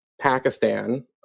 Pakistan